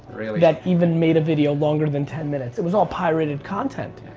really? that even made a video longer than ten minutes. it was all pirated content.